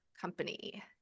company